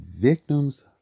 victims